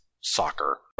Soccer